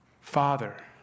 Father